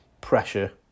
pressure